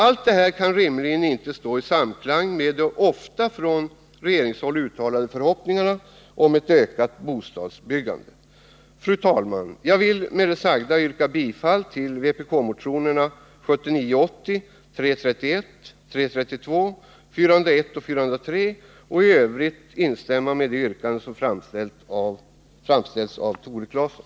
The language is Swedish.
Allt det här kan inte rimligen stå i samklang med de från regeringshåll ofta uttalade förhoppningarna om ett ökat bostadsbyggande. Fru talman! Jag vill med det sagda yrka bifall till vpk-motionerna 1979/80:331, 332, 401 och 403 och i övrigt instämma i det yrkande som framställts av Tore Claeson.